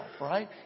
right